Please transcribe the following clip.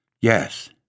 Yes